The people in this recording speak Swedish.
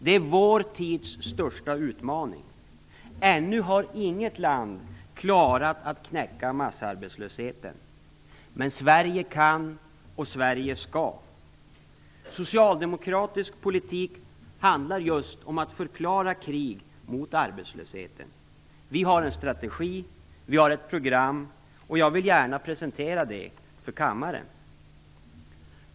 Det är vår tids största utmaning. Ännu har inget land klarat att knäcka massarbetslösheten, men Sverige kan, och Sverige skall. Socialdemokratisk politik handlar just om att förklara krig mot arbetslösheten. Jag vill gärna presentera detta för kammaren.